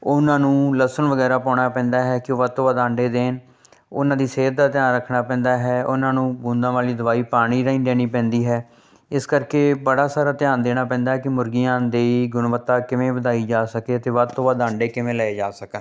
ਉਹਨਾਂ ਨੂੰ ਲਸਣ ਵਗੈਰਾ ਪਾਉਣਾ ਪੈਂਦਾ ਹੈ ਕਿ ਵੱਧ ਤੋਂ ਵੱਧ ਆਂਡੇ ਦੇਣ ਉਹਨਾਂ ਦੀ ਸਿਹਤ ਦਾ ਧਿਆਨ ਰੱਖਣਾ ਪੈਂਦਾ ਹੈ ਉਹਨਾਂ ਨੂੰ ਬੂੰਦਾਂ ਵਾਲੀ ਦਵਾਈ ਪਾਣੀ ਰਾਹੀਂ ਦੇਣੀ ਪੈਂਦੀ ਹੈ ਇਸ ਕਰਕੇ ਬੜਾ ਸਾਰਾ ਧਿਆਨ ਦੇਣਾ ਪੈਂਦਾ ਕਿ ਮੁਰਗੀਆਂ ਦੀ ਗੁਣਵੱਤਾ ਕਿਵੇਂ ਵਧਾਈ ਜਾ ਸਕੇ ਅਤੇ ਵੱਧ ਤੋਂ ਵੱਧ ਅੰਡੇ ਕਿਵੇਂ ਲਏ ਜਾ ਸਕਣ